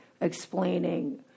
explaining